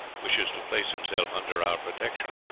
wishes to place himself under our protection,